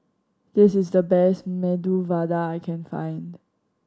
this is the best Medu Vada I can find